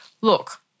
look